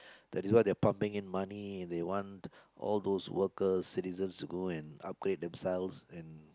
there's why they are pumping in money they want all those workers citizens to go and upgrade themselves